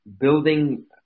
building